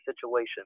situation